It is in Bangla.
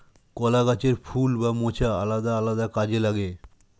কলা গাছের ফুল বা মোচা আলাদা আলাদা কাজে লাগে